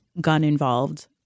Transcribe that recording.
gun-involved